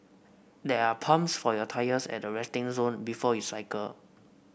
there are pumps for your tyres at the resting zone before you cycle